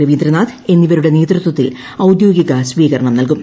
രവീന്ദ്രനാഥ് എന്നിവരുടെ നേതൃത്വത്തിൽ ഔദ്യോഗിക സ്വീകരണം നൽകും